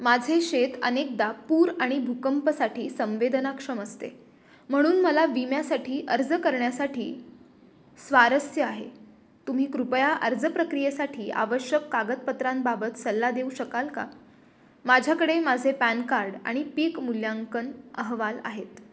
माझे शेत अनेकदा पूर आणि भूकंपासाठी संवेदनाक्षम असते म्हणून मला विम्यासाठी अर्ज करण्यासाठी स्वारस्य आहे तुम्ही कृपया अर्ज प्रक्रियेसाठी आवश्यक कागदपत्रांबाबत सल्ला देऊ शकाल का माझ्याकडे माझे पॅन कार्ड आणि पीक मूल्यांकन अहवाल आहेत